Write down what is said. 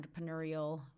entrepreneurial